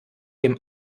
dem